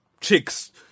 chicks